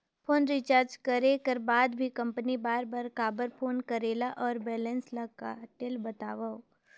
Phone recharge करे कर बाद भी कंपनी बार बार काबर फोन करेला और बैलेंस ल काटेल बतावव?